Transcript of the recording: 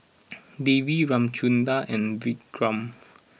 Devi Ramchundra and Vikram